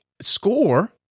score